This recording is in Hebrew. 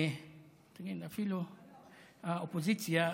אפילו האופוזיציה,